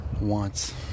wants